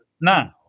now